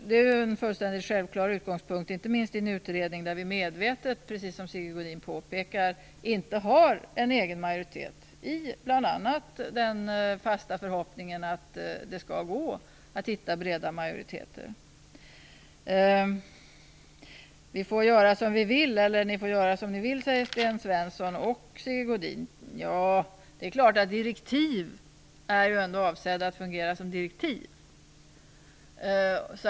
Detta är ju en fullständigt självklar utgångspunkt, inte minst i en utredning där vi medvetet - precis som Sigge Godin påpekar - inte har en egen majoritet. Den fasta förhoppningen är bl.a. att det skall gå att hitta breda majoriteter. Ni får göra som ni vill, säger Sten Svensson och Sigge Godin. Nja, det är klart att direktiv ändå är avsedda att fungera som direktiv.